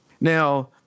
Now